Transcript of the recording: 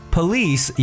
Police